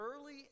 early